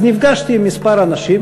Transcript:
אז נפגשתי עם כמה אנשים,